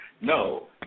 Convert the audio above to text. No